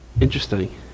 Interesting